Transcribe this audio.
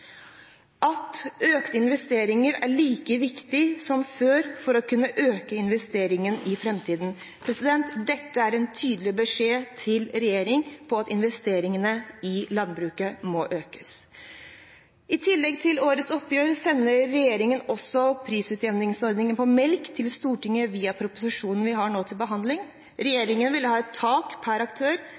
at økte investeringer er like viktig som før for å kunne øke investeringene i framtiden. Dette er en tydelig beskjed til regjeringen om at investeringene i landbruket må økes. I tillegg til årets oppgjør sender regjeringen også prisutjevningsordningen på melk til Stortinget via proposisjonen vi nå har til behandling. Regjeringen vil ha et tak per aktør.